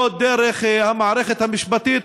לא דרך המערכת המשפטית,